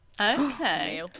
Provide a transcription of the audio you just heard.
Okay